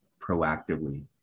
proactively